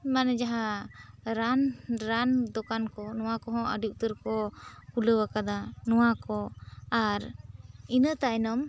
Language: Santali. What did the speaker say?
ᱢᱟᱱᱮ ᱡᱟᱦᱟᱸ ᱨᱟᱱ ᱨᱟᱱ ᱫᱚᱠᱟᱱ ᱠᱚ ᱱᱚᱣᱟ ᱠᱚᱦᱚᱸ ᱟᱹᱰᱤ ᱩᱛᱟᱹᱨ ᱠᱚ ᱴᱷᱩᱞᱟᱹᱣ ᱟᱠᱟᱫᱟ ᱱᱚᱣᱟ ᱠᱚ ᱟᱨ ᱤᱱᱟᱹ ᱛᱟᱭᱱᱚᱢ